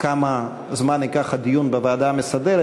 כמה זמן ייקח הדיון בוועדה המסדרת,